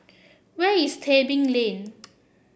where is Tebing Lane